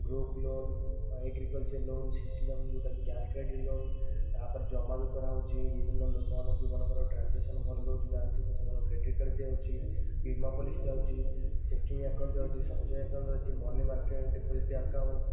group loan ଆଉ agriculture loan C C loan ଯେଉଁଟାକି cash credit loan ତା'ପରେ ଜମା ବି କରାହେଉଛି ବିଭିନ୍ନ ଲୋକମାନ ଯେଉଁମାନଙ୍କର ଟ୍ରାଞ୍ଜାକ୍ସନ୍ ଭଲ ରହୁଛି ବ୍ୟାଙ୍କ୍ ସହିତ ସେମାନଙ୍କୁ କ୍ରେଡ଼ିଟ୍ କାର୍ଡ଼ ଦିଆଯାଉଛି ବୀମା ପଲିସି ଦିଆ ହେଉଛି ଚେକିଙ୍ଗ୍ ଆକାଉଣ୍ଟ୍ ଦିଆ ହେଉଛି ସଞ୍ଚୟ ଆକାଉଣ୍ଟ୍ ରହିଛି ମନି ମାର୍କେଟ୍ ଡିପୋଜିଟ୍ ଆକାଉଣ୍ଟ୍